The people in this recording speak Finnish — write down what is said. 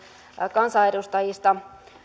kansanedustajista